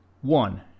One